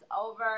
over